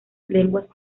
lenguas